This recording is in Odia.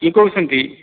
କିଏ କହୁଛନ୍ତି